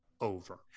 Over